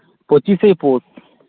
ᱯᱚᱸᱪᱤᱥᱮᱭ ᱯᱳᱥ